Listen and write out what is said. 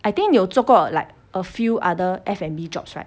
I think 你有做过 like a few other F&B jobs right